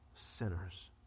sinners